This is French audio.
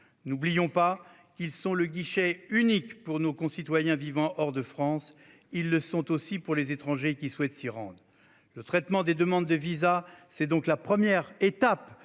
l'oublions pas, s'ils sont le guichet unique pour nos concitoyens vivant hors de France, ils le sont aussi pour les étrangers qui souhaitent s'y rendre. Le traitement des demandes de visas constitue donc la première étape